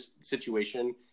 situation